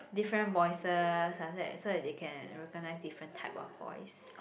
different voices after that so that they can recognise different type of voice